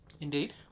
Indeed